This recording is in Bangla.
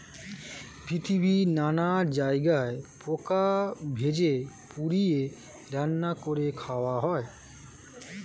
পৃথিবীর নানা জায়গায় পোকা ভেজে, পুড়িয়ে, রান্না করে খাওয়া হয়